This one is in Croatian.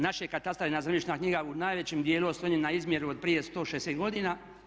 Naš je katastar jedna zemljišna knjiga u najvećem dijelu oslonjena na izmjeru od prije 160 godina.